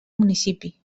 municipi